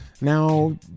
Now